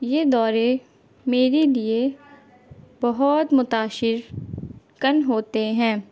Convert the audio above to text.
یہ دورے میرے لیے بہت متاثر کن ہوتے ہیں